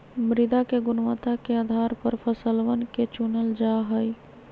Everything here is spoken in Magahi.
मृदा के गुणवत्ता के आधार पर फसलवन के चूनल जा जाहई